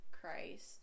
Christ